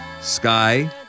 Sky